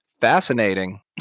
Fascinating